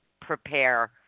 prepare